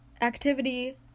activity